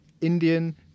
Indian